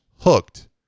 hooked